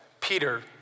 Peter